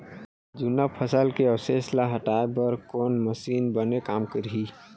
जुन्ना फसल के अवशेष ला हटाए बर कोन मशीन बने काम करही?